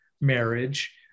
marriage